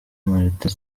martin